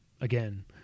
again